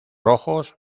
rojos